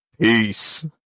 Peace